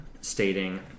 stating